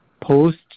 post